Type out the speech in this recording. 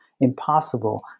impossible